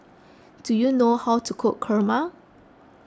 do you know how to cook Kurma